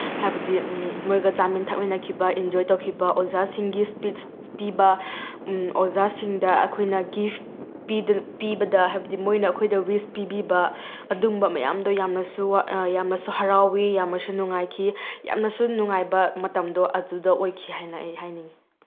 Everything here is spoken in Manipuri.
ꯍꯥꯏꯕꯗꯤ ꯃꯣꯏꯒ ꯆꯥꯃꯤꯟ ꯊꯛꯃꯤꯟꯅꯈꯤꯕ ꯏꯟꯖꯣꯏ ꯇꯧꯈꯤꯕ ꯑꯣꯖꯥꯁꯤꯡꯒꯤ ꯏꯁꯄꯤꯁ ꯄꯤꯕ ꯑꯣꯖꯥꯁꯤꯡꯗ ꯑꯩꯈꯣꯏꯅ ꯒꯤꯐ ꯄꯤꯕꯗ ꯍꯥꯏꯕꯗꯤ ꯃꯣꯏꯅ ꯑꯩꯈꯣꯏꯗ ꯋꯤꯁ ꯄꯤꯕꯤꯕ ꯑꯗꯨꯝꯕ ꯃꯌꯥꯝꯗꯣ ꯌꯥꯝꯅꯁꯨ ꯌꯥꯝꯅꯁꯨ ꯍꯔꯥꯎꯏ ꯌꯥꯝꯅꯁꯨ ꯅꯨꯡꯉꯥꯏꯈꯤ ꯌꯥꯝꯅꯁꯨ ꯅꯨꯡꯉꯥꯏꯕ ꯃꯇꯝꯗꯣ ꯑꯗꯨꯗ ꯑꯣꯏꯈꯤ ꯍꯥꯏꯅ ꯑꯩ ꯍꯥꯏꯅꯤꯡꯏ